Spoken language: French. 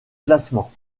classement